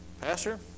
Pastor